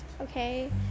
okay